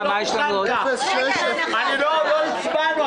לא הצבענו.